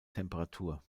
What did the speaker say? temperatur